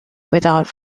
without